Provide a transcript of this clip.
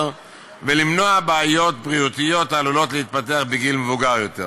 ולמנוע בעיות בריאותיות העלולות להתפתח בגיל מבוגר יותר.